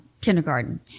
kindergarten